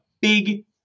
big